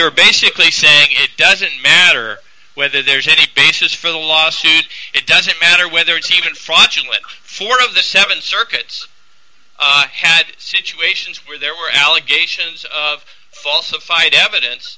were basically saying it doesn't matter whether there's any beaches for the lawsuit it doesn't matter whether it's even functional four of the seven circuits had situations where there were allegations of falsified evidence